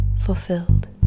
fulfilled